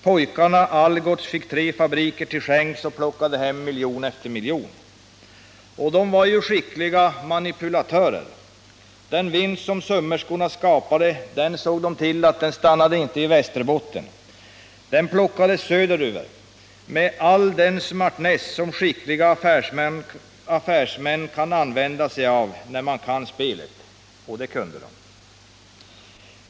Pojkarna Algots fick tre fabriker till skänks och plockade hem miljon efter miljon. Och de var ju skickliga manipulatörer. Den vinst som sömmerskorna skapade såg de till att den inte stannade i Västerbotten. Den plockades söderöver, med all den smartness som skickliga affärsmän kan använda sig av när de kan spelet. Och det kunde de.